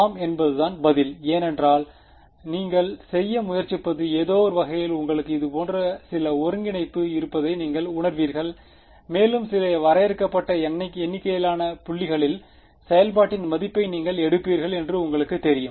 ஆம் என்பதுதான் பதில் ஏனென்றால் நீங்கள் செய்ய முயற்சிப்பது ஏதோவொரு வகையில் உங்களுக்கு இதுபோன்ற சில ஒருங்கிணைப்பு இருப்பதை நீங்கள் உணர்வீர்கள் மேலும் சில வரையறுக்கப்பட்ட எண்ணிக்கையிலான புள்ளிகளில் செயல்பாட்டின் மதிப்பை நீங்கள் எடுப்பீர்கள் என்பது உங்களுக்குத் தெரியும்